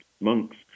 monks